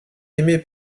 aimé